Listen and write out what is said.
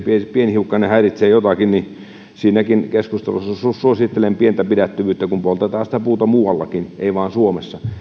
pienhiukkanen häiritsee jotakin niin siinäkin keskustelussa suosittelen pientä pidättyvyyttä kun poltetaan sitä puuta muuallakin ei vain suomessa